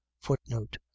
footnote